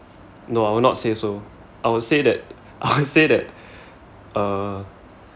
no I would not say so I would say that I would say that uh